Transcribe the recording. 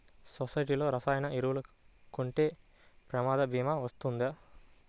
సొసైటీలో రసాయన ఎరువులు కొంటే ప్రమాద భీమా వస్తుందా?